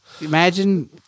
Imagine